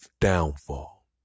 downfall